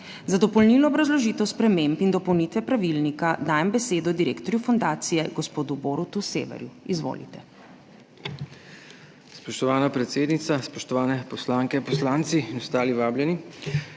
Za dopolnilno obrazložitev sprememb in dopolnitve pravilnika dajem besedo direktorju fundacije gospodu Borutu Severju. Izvolite. **BORUT SEVER:** Spoštovana predsednica, spoštovani poslanke, poslanci in ostali vabljeni!